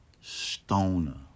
stoner